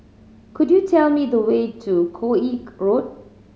could you tell me the way to Koek Road